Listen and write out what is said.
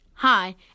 Hi